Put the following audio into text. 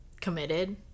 committed